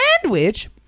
sandwich